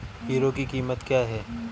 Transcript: Hero की कीमत क्या है?